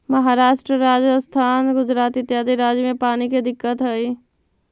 महाराष्ट्र, राजस्थान, गुजरात इत्यादि राज्य में पानी के दिक्कत हई